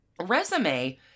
resume